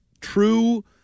true